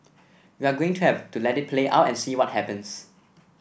we're going to have to let it play out and see what happens